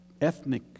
ethnic